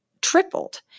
tripled